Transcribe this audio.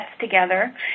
together